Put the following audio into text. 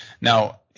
Now